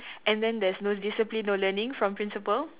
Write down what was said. and then there's no discipline no learning from principal